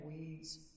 weeds